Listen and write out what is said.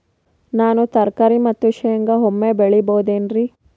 ನಾನು ತರಕಾರಿ ಮತ್ತು ಶೇಂಗಾ ಒಮ್ಮೆ ಬೆಳಿ ಬಹುದೆನರಿ?